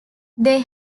they